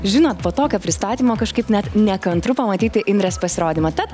žinot po tokio pristatymo kažkaip net nekantru pamatyti indrės pasirodymą tad